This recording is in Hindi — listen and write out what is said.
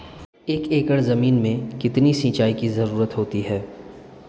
एक एकड़ ज़मीन में कितनी सिंचाई की ज़रुरत होती है?